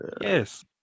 Yes